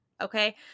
Okay